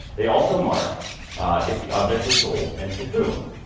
they also mark if the object was sold and to whom.